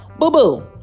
Boo-boo